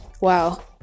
wow